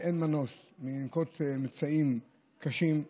ושאין מנוס מלנקוט אמצעים קשים.